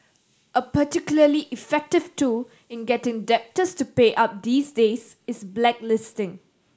a particularly effective tool in getting debtors to pay up these days is blacklisting